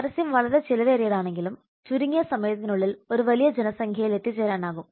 പരസ്യം വളരെ ചെലവേറിയതാണെങ്കിലും ചുരുങ്ങിയ സമയത്തിനുള്ളിൽ ഒരു വലിയ ജനസംഖ്യയിൽ എത്തിച്ചേരാനാകും